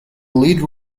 lead